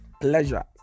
pleasure